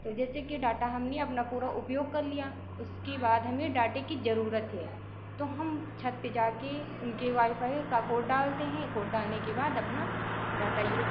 तो जैसे कि डाटा हमने अपना पूरा उपयोग कर लिया उसके बाद हमें डाटे की जरूरत है तो हम छत पे जाके उनके वाईफ़ाई का कोड डालते हैं कोड डालने के बाद अपना डाटा